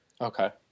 Okay